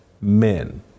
men